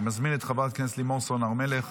אני מזמין את חברת הכנסת לימור סון הר מלך.